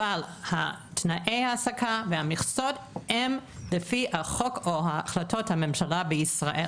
אבל תנאי ההעסקה והמכסות הם לפי החוק או החלטות הממשלה בישראל.